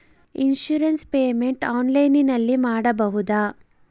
Insurance payment ಆನ್ಲೈನಿನಲ್ಲಿ ಮಾಡಬಹುದಾ?